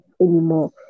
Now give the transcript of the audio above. anymore